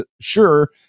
sure